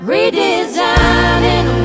Redesigning